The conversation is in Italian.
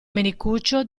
menicuccio